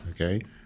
Okay